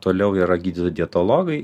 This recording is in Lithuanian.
toliau yra gydytojai dietologai